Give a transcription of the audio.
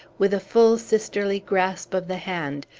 with a full sisterly grasp of the hand,